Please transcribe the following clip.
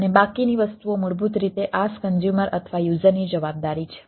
અને બાકીની વસ્તુઓ મૂળભૂત રીતે IaaS કન્ઝ્યુમર અથવા યુઝરની જવાબદારી છે